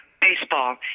baseball